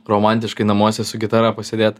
romantiškai namuose su gitara pasėdėt